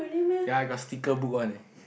ya I got sticker book one eh